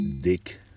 dick